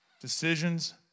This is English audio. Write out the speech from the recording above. Decisions